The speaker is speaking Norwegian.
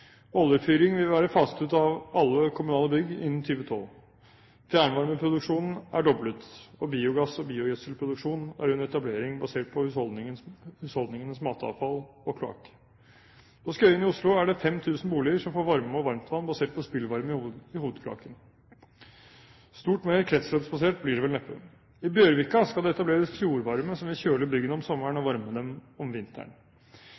Oljefyring vil være faset ut av alle kommunale bygg innen 2012. Fjernvarmeproduksjonen er doblet, og biogass- og biogjødselproduksjon er under etablering, basert på husholdningenes matavfall og kloakk. På Skøyen i Oslo er det 5 000 boliger som får varme og varmtvann basert på spillvarme i hovedkloakken. Stort mer kretsløpsbasert blir det vel neppe. I Bjørvika skal det etableres fjordvarme som vil kjøle byggene om sommeren og varme dem om vinteren.